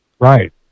Right